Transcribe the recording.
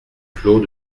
clos